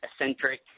eccentric